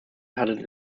handelt